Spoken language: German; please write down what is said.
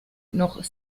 noch